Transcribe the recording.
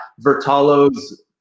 Vertalo's